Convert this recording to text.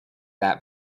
that